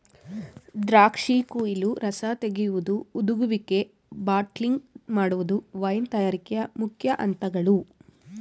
ದ್ರಾಕ್ಷಿ ಕುಯಿಲು, ರಸ ತೆಗೆಯುವುದು, ಹುದುಗುವಿಕೆ, ಬಾಟ್ಲಿಂಗ್ ಮಾಡುವುದು ವೈನ್ ತಯಾರಿಕೆಯ ಮುಖ್ಯ ಅಂತಗಳು